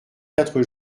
quatre